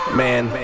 man